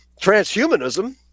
transhumanism